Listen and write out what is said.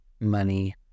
money